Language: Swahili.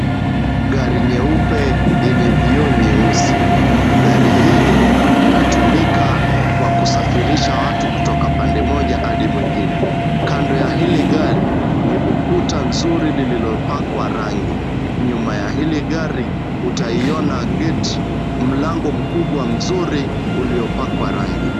Gari nyeupe lenye vioo nyeusi. Gari hili linatumika kwa kusafirisha watu kutoka upande mmoja hadi mwingine. Kando ya hili gari, ni ukuta nzuri lililopakwa rangi. Nyuma ya hili gari utaiona gate mlango mkubwa mzuri uliopakwa rangi.